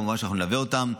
כמובן שאנחנו נלווה אותם,